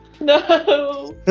No